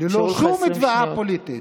ללא שום תביעה פוליטית,